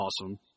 Awesome